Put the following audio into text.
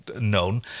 known